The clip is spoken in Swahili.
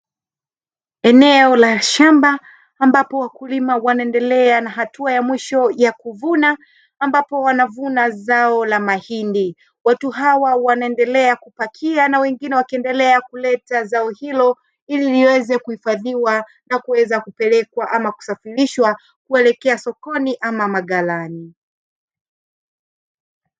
Eneo la shamba ambapo wakulima wanaendelea na hatua ya mwisho ya kuvuna, ambapo wanavuna zao la mahindi watu hawa wanaendelea kupakia na wengine wakiendelea kuleta zao hilo, ili liweze kuhifadhiwa na kuweza kupelekwa ama kusafirishwa kuelekea sokoni ama maghalani.